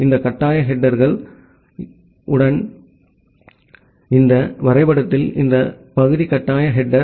இந்த கட்டாய ஹெடேர்டன் எனவே இந்த வரைபடத்தில் இந்த பகுதி கட்டாய ஹெடேர்